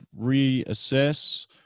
reassess